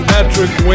Patrick